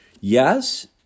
Yes